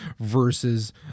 versus